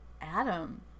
Adam